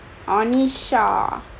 anisha